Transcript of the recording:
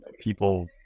people